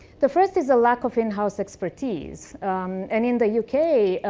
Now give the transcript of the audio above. the first is a lack of in-house expertise. and in the u k,